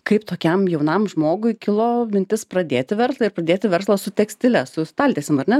kaip tokiam jaunam žmogui kilo mintis pradėti verslą ir pradėti verslą su tekstile su staltiesėm ar ne